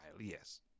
yes